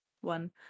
one